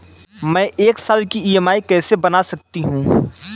मैं एक साल की ई.एम.आई कैसे बना सकती हूँ?